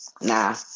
Nah